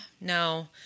No